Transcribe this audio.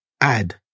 add